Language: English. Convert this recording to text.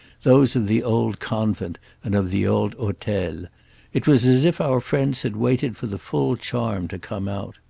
those of the old convent and of the old hotels it was as if our friends had waited for the full charm to come out.